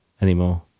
anymore